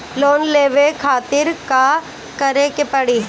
Loan लेवे खातिर का करे के पड़ी?